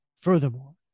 Furthermore